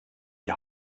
die